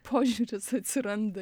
požiūris atsiranda